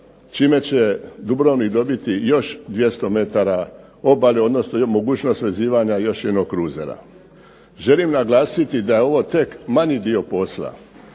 čime će Dubrovnik dobiti još 200 metara obale, odnosno ima mogućnost vezivanja još jednog kruzera. Želim naglasiti da je ovo tek manji dio posla.